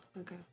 Okay